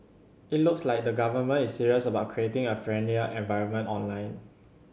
it looks like the Government is serious about creating a friendlier environment online